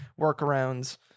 workarounds